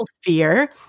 Fear